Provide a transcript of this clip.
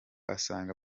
asanga